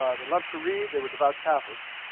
ah they loved to read. they were devout catholics.